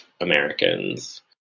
Americans